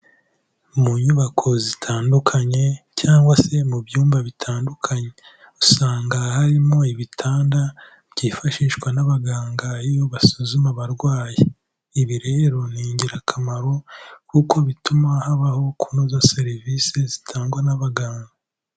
Mu nyubako zitandukanye cyangwa se mu byumba bitandukanye, usanga harimo ibitanda byifashishwa n'abaganga iyo basuzuma abarwayi, ibi rero ni ingirakamaro kuko bituma habaho kunoza serivisi zitangwa n'abaganga.